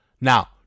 Now